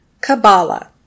Kabbalah